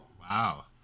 Wow